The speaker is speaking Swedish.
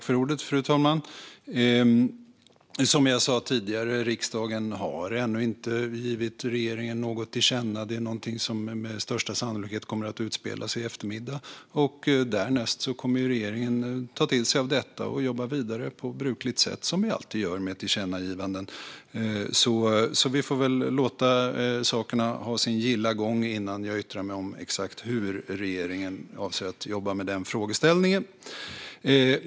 Fru talman! Som jag sa tidigare har riksdagen ännu inte givit regeringen något till känna. Det är något som med största sannolikhet kommer att utspela sig i eftermiddag. Därnäst kommer regeringen att ta till sig av detta och jobba vidare på brukligt sätt som vi alltid gör med tillkännagivanden. Vi får väl låta sakerna ha sin gilla gång innan jag yttrar mig om exakt hur regeringen avser att jobba med den frågeställningen.